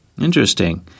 Interesting